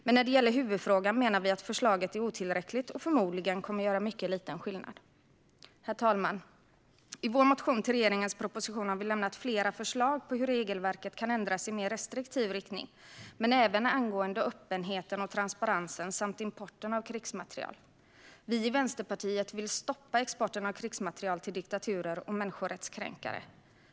Men när det gäller huvudfrågan menar vi att förslaget är otillräckligt och förmodligen kommer att göra mycket liten skillnad. Herr talman! I vår motion till regeringens proposition har vi lämnat flera förslag på hur regelverket kan ändras i en mer restriktiv riktning men även angående öppenheten och transparensen samt angående importen av krigsmateriel. Vi i Vänsterpartiet vill stoppa exporten av krigsmateriel till diktaturer och människorättskränkare.